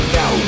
no